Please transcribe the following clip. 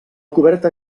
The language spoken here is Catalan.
coberta